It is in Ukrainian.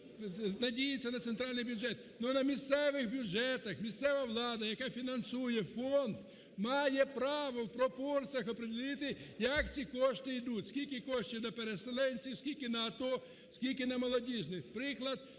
надіятися на центральний бюджет, але на місцевих бюджетах місцева влада, яка фінансує фонд, має право в пропорціях опреділити, як ці кошти йдуть: скільки коштів на переселенців, скільки на АТО, скільки на молодіжних…